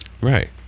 Right